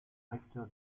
recteur